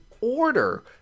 order